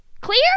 Clear